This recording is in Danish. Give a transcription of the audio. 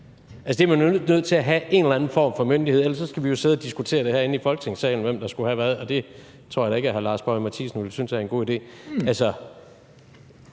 disse. Der er man jo nødt til at have en eller anden form for myndighed, for ellers skal vi sidde og diskutere herinde i Folketingssalen, hvem der skulle have hvad, og det tror jeg da ikke at hr. Lars Boje Mathiesen vil synes er en god idé.